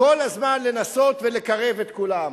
כל הזמן לנסות ולקרב את כולם,